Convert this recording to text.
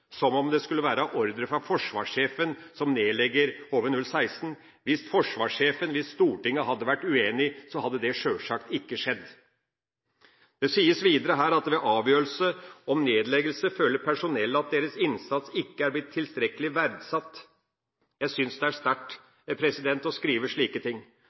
som om det skulle være etter ordre fra Forsvarssjefen at HV-016 nedlegges. Hvis Stortinget hadde vært uenig, så hadde det selvsagt ikke skjedd. Det sies videre her at ved avgjørelse om nedleggelse føler personell at deres innsats ikke blir tilstrekkelig verdsatt. Jeg synes det er sterkt å skrive slike ting.